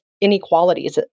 inequalities